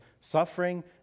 suffering